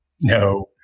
No